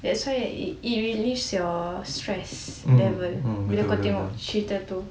that's why it relieves your stress level bila kau tengok cerita tu